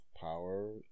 power